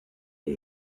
der